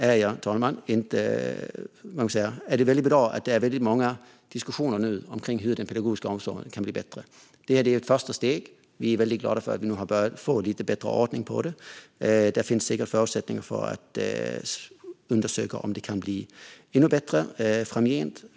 Fru talman! Det är bra att det finns många diskussioner om hur den pedagogiska omsorgen kan bli bättre. Det är ett första steg, och vi är glada för att det har blivit bättre ordning. Det finns säkert förutsättningar för att undersöka om det kan bli ännu bättre framgent.